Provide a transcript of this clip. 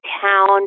town